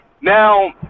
now